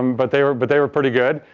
um but they were but they were pretty good.